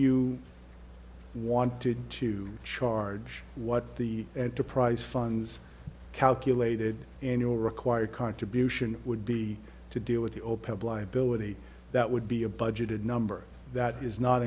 you wanted to charge what the enterprise funds calculated annual required contribution would be to deal with the opec bly ability that would be a budgeted number that is not